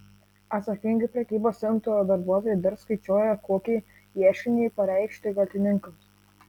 atsakingi prekybos centro darbuotojai dar skaičiuoja kokį ieškinį pareikšti kaltininkams